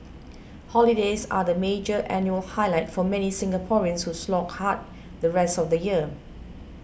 holidays are the major annual highlight for many Singaporeans who slog hard the rest of the year